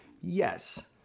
Yes